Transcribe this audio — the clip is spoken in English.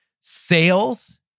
sales